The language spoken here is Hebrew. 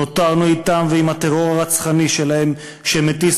נותרנו אתם ועם הטרור הרצחני שלהם שמטיס